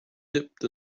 dipped